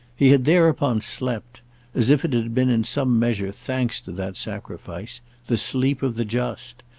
he had thereupon slept as if it had been in some measure thanks to that sacrifice the sleep of the just,